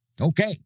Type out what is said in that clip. Okay